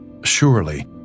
Surely